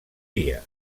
dia